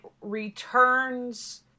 returns